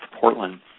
Portland